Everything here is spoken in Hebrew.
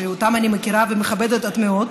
שאותם אני מכירה ומכבדת עד מאוד,